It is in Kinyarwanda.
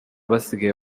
basigaye